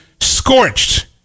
scorched